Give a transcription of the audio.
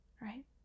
right